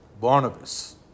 Barnabas